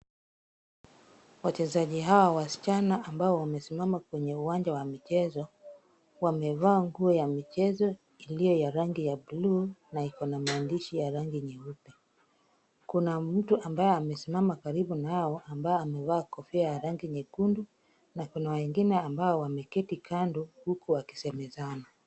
Wachezaji hawa wasichana ambao wamesimama kwenye uwanja wa michezo, wamevaa nguo ya michezo iliyo ya rangi ya buluu na iko na maandishi ya rangi nyeupe. Kuna mtu ambaye amesimama karibu nao ambaye amevaa kofia nyekundu na kuna wengine ambao wameketi kando huku wakisemezana .